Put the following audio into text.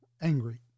angry